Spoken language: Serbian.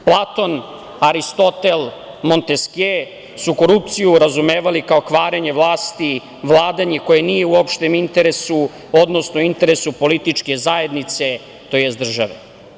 Platon, Aristotel, Monteskje su korupciju razumevali kao kvarenje vlasti, vladanje koje nije u opštem interesu, odnosno interesu političke zajednice, tj. države.